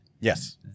Yes